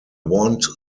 want